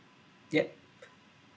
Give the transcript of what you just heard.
yup